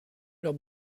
leurs